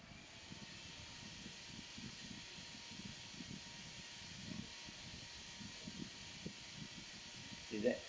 true that